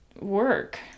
work